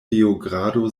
beogrado